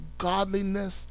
godliness